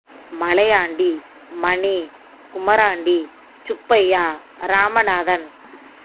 Malaiyandi Mani Kumarandi Subbaiah Ramanathan